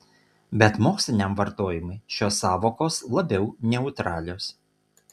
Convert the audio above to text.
bet moksliniam vartojimui šios sąvokos labiau neutralios